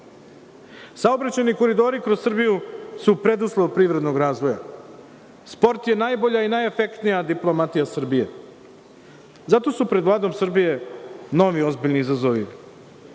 Srbije. Saobraćajni koridori kroz Srbiju su preduslov privrednog razvoja. Sport je najbolja i najefektnija diplomatija Srbije. Zato su pred Vladom Srbije novi ozbiljni izazovi.